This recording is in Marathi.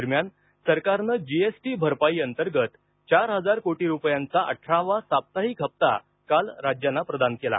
दरम्यान सरकारनं जीएसटी भरपाईअंतर्गत चार हजार कोटी रुपयांचा अठरावा साप्ताहिक हप्ता काल राज्यांना प्रदान केला